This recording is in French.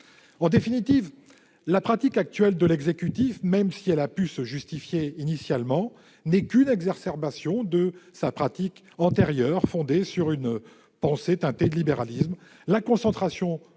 En définitive, la pratique actuelle de l'exécutif, même si elle a pu, initialement, se justifier, n'est que l'exacerbation de sa pratique antérieure, fondée sur une pensée teintée de libéralisme : la concentration du